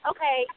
Okay